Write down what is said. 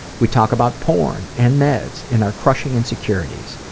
we talk about porn and meds and our crushing insecurities.